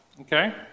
okay